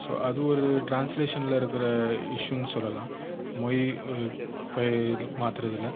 so அது ஒரு ட்ரான்ஸ்லேஷனில் இருக்கிற இஷ்யூன்னு சொல்லலாம் மொழி இது மாற்றுறதுல